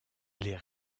les